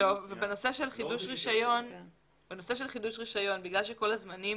בנושא של חידוש רישיון, בגלל שכל הזמנים